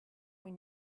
when